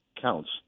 counts